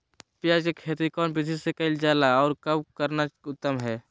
प्याज के खेती कौन विधि से कैल जा है, और कब करना उत्तम है?